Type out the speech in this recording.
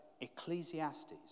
Ecclesiastes